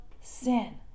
sin